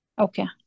Okay